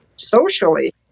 socially